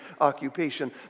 occupation